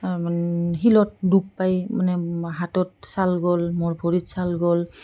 শিলত দুখ পাই মানে হাতত ছাল গ'ল মোৰ ভৰিত ছাল গ'ল